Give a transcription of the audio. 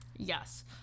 Yes